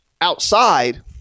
outside